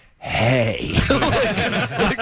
hey